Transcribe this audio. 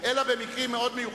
אלא במקרים מאוד מיוחדים,